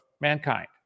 mankind